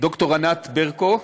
ד"ר ענת ברקו,